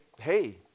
hey